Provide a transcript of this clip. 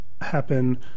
happen